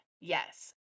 yes